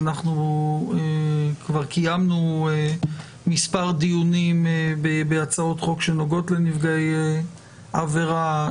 אנחנו כבר קיימנו מספר דיונים בהצעות חוק שנוגעות לנפגעי עבירה.